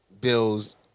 bills